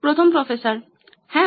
professor 1 হ্যাঁ